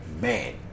Man